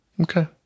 Okay